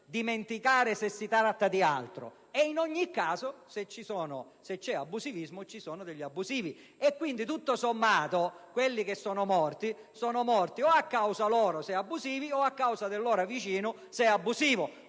dimenticare che si tratta di altro, e in ogni caso se c'è abusivismo vuol dire che ci sono degli abusivi. Quindi, tutto sommato, coloro che sono morti sono morti o a causa loro, se abusivi, o a causa del loro vicino, se abusivo.